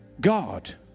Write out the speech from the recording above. God